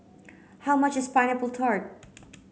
how much is pineapple tart